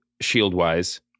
Shield-wise